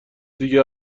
دیگه